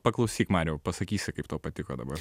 paklausyk mariau pasakysi kaip tau patiko dabar